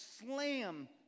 slam